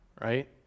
right